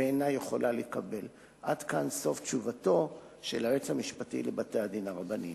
ואינה יכולה להתקבל" עד כאן תשובתו של היועץ המשפטי לבתי-הדין הרבניים.